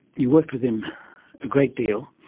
you worked with him a great deal,